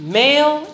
male